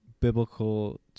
biblical